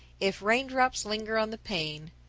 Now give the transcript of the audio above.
if raindrops linger on the pane,